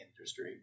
industry